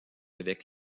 avec